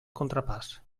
contrapàs